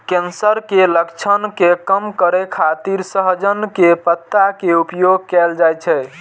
cancer के लक्षण के कम करै खातिर सहजन के पत्ता के उपयोग कैल जाइ छै